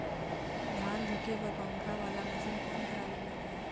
धान धुके बर पंखा वाला मशीन कोन करा से मिलही?